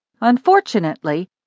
Unfortunately